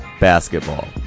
Basketball